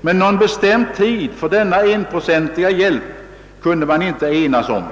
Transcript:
Men någon bestämd tid för denna enprocentiga hjälp kunde man inte enas om.